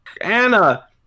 Anna